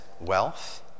wealth